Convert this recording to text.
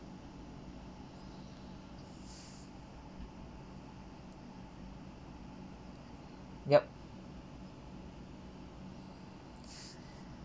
yup